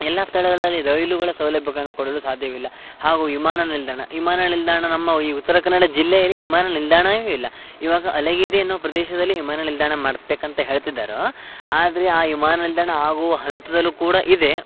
ಎಲ್ಲ ಸ್ಥಳಗಳಲ್ಲಿ ರೈಲುಗಳ ಸೌಲಭ್ಯಗಳನ್ನ ಕೊಡಲು ಸಾಧ್ಯವಿಲ್ಲ ಹಾಗೂ ವಿಮಾನ ನಿಲ್ದಾಣ ವಿಮಾನ ನಿಲ್ದಾಣ ನಮ್ಮ ಈ ಉತ್ತರ ಕನ್ನಡ ಜಿಲ್ಲೆಯಲ್ಲಿ ವಿಮಾನ ನಿಲ್ದಾಣವೇ ಇಲ್ಲ ಇವಾಗ ಅಲಗೇರಿ ಎನ್ನುವ ಪ್ರದೇಶದಲ್ಲಿ ವಿಮಾನ ನಿಲ್ದಾಣ ಮಾಡಬೇಕಂತ ಹೇಳ್ತಿದ್ದಾರೋ ಆದರೆ ಆ ವಿಮಾನ ನಿಲ್ದಾಣ ಆಗುವ ಹಂತದಲ್ಲೂ ಕೂಡ ಇದೆ